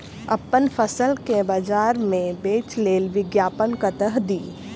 अप्पन फसल केँ बजार मे बेच लेल विज्ञापन कतह दी?